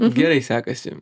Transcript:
gerai sekasi